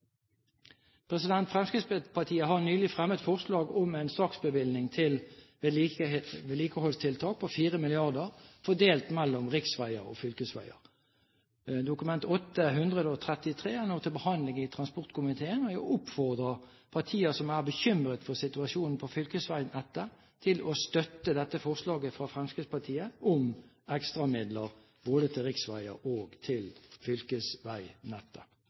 fylkesveiene. Fremskrittspartiet har nylig fremmet forslag om en straksbevilgning til vedlikeholdstiltak på 4 mrd. kr, fordelt mellom riksveier og fylkesveier. Dokument 8:133 S er nå til behandling i transportkomiteen, og jeg oppfordrer partier som er bekymret for situasjonen på fylkesveinettet, til å støtte dette forslaget fra Fremskrittspartiet om ekstramidler både til riksveier og til fylkesveinettet.